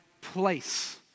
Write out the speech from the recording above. place